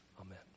Amen